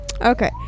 Okay